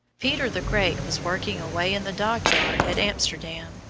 peter the great was working away in the dockyard at amsterdam,